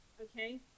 Okay